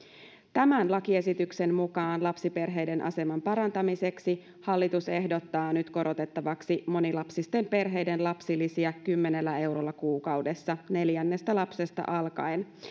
tämän lakiesityksen mukaan lapsiperheiden aseman parantamiseksi hallitus ehdottaa nyt korotettavaksi monilapsisten perheiden lapsilisiä kymmenellä eurolla kuukaudessa neljännestä lapsesta alkaen